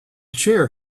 chair